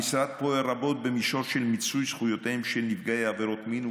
המשרד פועל רבות במישור של מיצוי זכויותיהם של נפגעי עבירות מין,